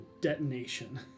detonation